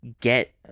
get